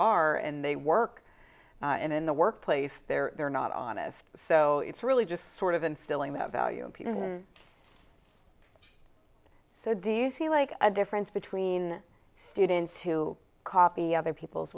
are and they work in the workplace there they're not honest so it's really just sort of instilling the value so do you see like a difference between students who copy other people's